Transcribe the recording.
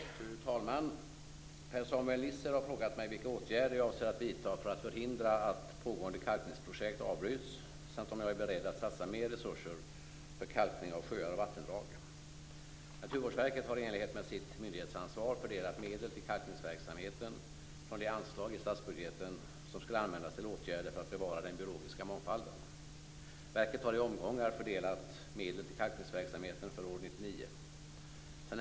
Fru talman! Per-Samuel Nisser har frågat mig vilka åtgärder jag avser att vidta för att förhindra att pågående kalkningsprojekt avbryts samt om jag är beredd att satsa mer resurser för kalkning av sjöar och vattendrag. Naturvårdsverket har i enlighet med sitt myndighetsansvar fördelat medel till kalkningsverksamheten från det anslag i statsbudgeten som skall användas till åtgärder för att bevara den biologiska mångfalden. Verket har i omgångar fördelat medel till kalkningsverksamheten för år 1999.